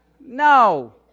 No